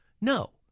No